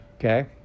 Okay